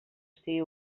estigui